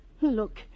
Look